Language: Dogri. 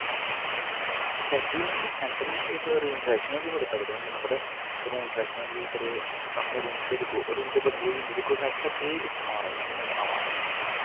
सैंट ईं निं सैंट नेईं एह् रूम फ्रैशनर बी बड़े तगड़े होंदे न पता ऐ रूम फ्रैशनर बी बड़े अपने रूम च दिक्खो रूम च बदबू होई जंदी ते दिक्खो सैंट दा केह् इस्तमाल ऐ में तुसेंगी सनावां